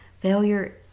Failure